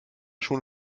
schon